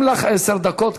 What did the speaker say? גם לך עשר דקות,